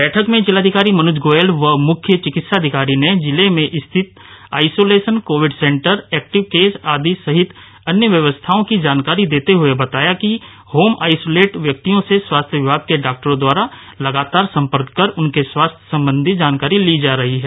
बैठक में जिलाधिकारी मनूज गोयल व मुख्य चिकित्सा अधिकारी ने जिले में स्थित isolation Covid centre active case आदि सहित अन्य व्यवस्थाओं की जानकारी देते हुए बताया कि होम आइसोलेट व्यक्तियों से स्वास्थ्य विभाग के डॉक्टरों द्वारा लगातार संपर्क कर उनसे स्वास्थ्य संबंधी जानकारी ली जा रही हैं